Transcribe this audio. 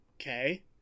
Okay